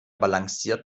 balanciert